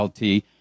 LT